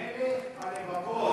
מלך הלבבות.